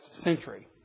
century